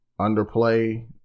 underplay